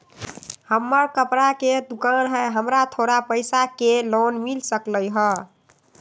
हमर कपड़ा के दुकान है हमरा थोड़ा पैसा के लोन मिल सकलई ह?